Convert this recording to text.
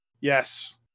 Yes